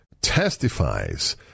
testifies